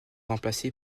remplacé